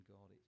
God